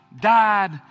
died